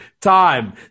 time